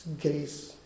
grace